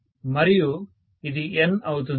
మరియు ఇది N అవుతుంది